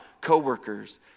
coworkers